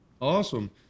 Awesome